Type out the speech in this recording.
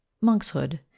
Monkshood